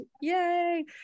Yay